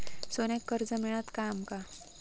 सोन्याक कर्ज मिळात काय आमका?